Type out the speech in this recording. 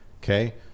Okay